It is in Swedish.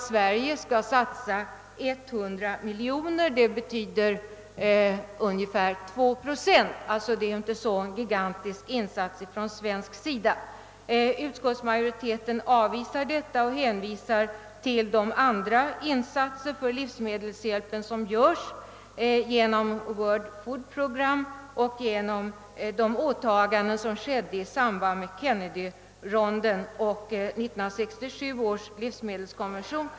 Sverige skulle satsa 100 miljoner kronor eller ungefär 2 procent, så det rör sig inte om någon gigantisk insats från svensk sida. Utskottsmajoriteten har avvisat detta förslag och hänvisat till de andra livsmedelshjälpinsatser som görs genom World Food Program, genom åtagandena i samband med Kennedyrondan och 1967 års spannmålskonvention.